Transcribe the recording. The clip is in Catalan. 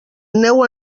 neu